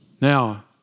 Now